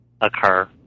occur